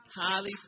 Highly